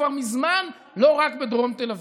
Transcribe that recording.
כבר מזמן לא רק בדרום תל אביב.